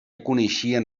coneixien